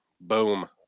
Boom